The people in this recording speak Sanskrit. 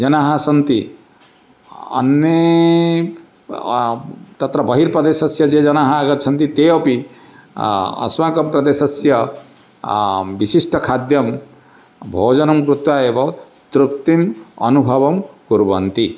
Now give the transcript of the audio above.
जनाः सन्ति अन्ये तत्र बहिर्प्रदेशस्य ये जनाः आगच्छन्ति ते अपि अस्माकं प्रदेशस्य विशिष्टखाद्यं भोजनं कृत्वा एव तृप्तिम् अनुभवं कुर्वन्ति